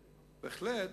בהחלט,